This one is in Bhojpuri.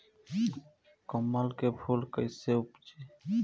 कमल के फूल कईसे उपजी?